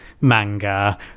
manga